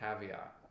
caveat